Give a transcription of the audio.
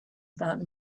about